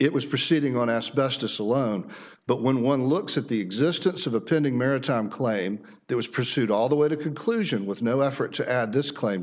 it was proceeding on asbestos alone but when one looks at the existence of the pinning maritime claim there was pursuit all the way to conclusion with no effort to add this claim